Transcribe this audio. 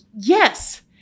Yes